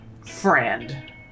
Friend